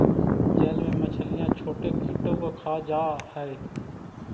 जल में मछलियां छोटे कीटों को खा जा हई